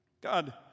God